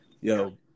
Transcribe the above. Yo